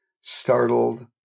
startled